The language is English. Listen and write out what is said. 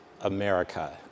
America